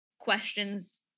questions